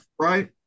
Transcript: right